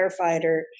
firefighter